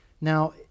Now